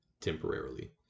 temporarily